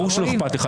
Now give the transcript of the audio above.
ברור שלא אכפת לך.